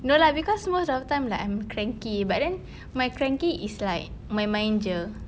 no lah because most of them like I'm cranky but then my cranky is like main-main jer